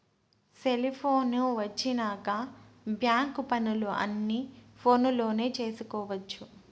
cellphone వచ్చినాక bank పనులు అన్ని ఫోనులో చేసుకొవచ్చు